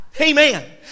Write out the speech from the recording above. Amen